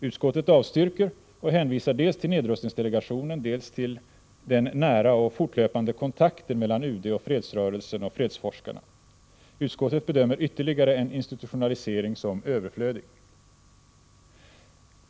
Utskottet avstyrker och hänvisar dels till nedrustningsdelegationen, dels till den nära och fortlöpande kontakten mellan UD och fredsrörelsen och fredsforskarna. Utskottet bedömer ytterligare en institutionalisering som överflödig.